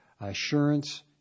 assurance